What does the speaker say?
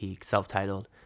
self-titled